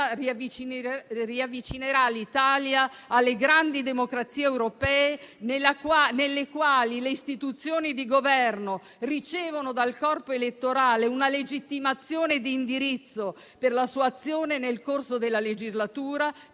riavvicinerà l'Italia alle grandi democrazie europee, nelle quali le istituzioni di governo ricevono dal corpo elettorale una legittimazione di indirizzo per la sua azione nel corso della legislatura,